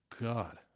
God